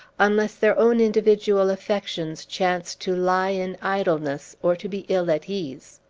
unless their own individual affections chance to lie in idleness, or to be ill at ease.